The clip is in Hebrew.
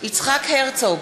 יצחק הרצוג,